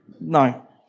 No